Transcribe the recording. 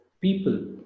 people